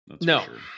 No